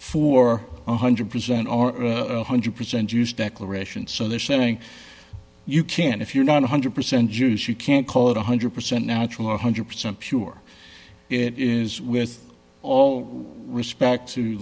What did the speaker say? one hundred percent or one hundred percent juice declaration so they're saying you can if you're not one hundred percent juice you can call it one hundred percent natural one hundred percent pure it is with all respect to